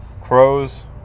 Crows